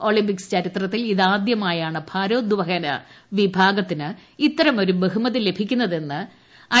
Olympics ചരിത്രത്തിൽ ഇതാദ്യമായാണ് ഏറ്റ്ട്രോ്ദ്ധഹന വിഭാഗത്തിന് ഇത്തരമൊരു ബഹുമതി ലഭിക്കുന്നതെന്ന് ഐ